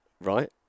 Right